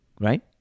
right